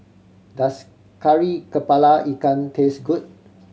does Kari Kepala Ikan taste good